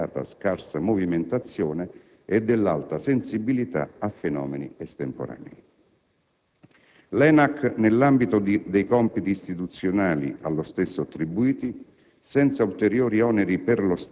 tenendo conto della consolidata scarsa movimentazione e dell'alta sensibilità a fenomeni estemporanei. L'ENAC, nell'ambito dei compiti istituzionali allo stesso attribuiti,